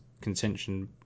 contention